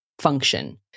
function